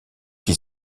qui